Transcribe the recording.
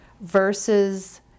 versus